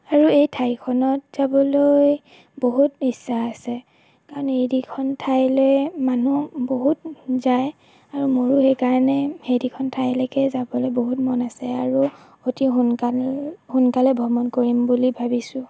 আৰু এই ঠাইখনত যাবলৈ বহুত ইচ্ছা আছে কাৰণ এইকিখন ঠাইলৈ মানুহ বহুত যায় আৰু মোৰো সেইকাৰণে সেইকিখন ঠাইলৈকে যাবলৈ বহুত মন আছে আৰু অতি সোনকাল সোনকালে ভ্ৰমণ কৰিম বুলি ভাবিছোঁ